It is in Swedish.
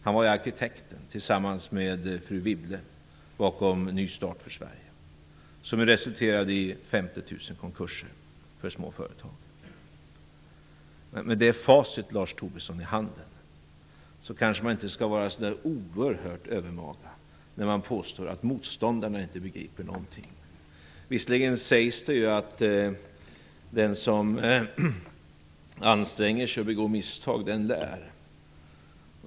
Han var arkitekten tillsammans med fru Lars Tobisson, kanske man inte skall vara så oerhört övermaga när man påstår att motståndarna inte begriper någonting. Visserligen sägs det att den som anstränger sig och begår misstag lär.